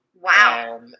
Wow